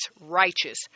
righteous